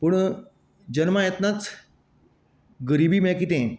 पूण जल्मा येतनाच गरिबी म्हळ्यार कितें